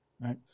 Right